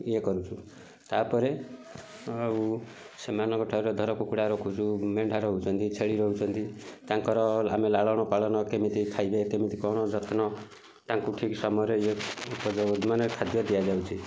ଇଏ କରୁଛୁ ତାପରେ ଆଉ ସେମାନଙ୍କ ଠାରୁ ଧର କୁକୁଡ଼ା ରଖୁଛୁ ମେଣ୍ଢା ରହୁଛନ୍ତି ଛେଳି ରହୁଛନ୍ତି ତାଙ୍କର ଆମେ ଲାଳନ ପାଳନ କେମିତି ଖାଇବେ କେମିତି କ'ଣ ଯତ୍ନ ତାଙ୍କୁ ଠିକ୍ ସମୟରେ ଇଏ ମାନେ ଖାଦ୍ୟ ଦିଆଯାଉଛି